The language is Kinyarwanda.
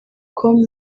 com